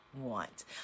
want